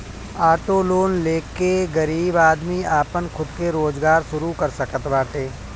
auto loan ले के गरीब आदमी आपन खुद के रोजगार शुरू कर सकत बाटे